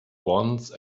once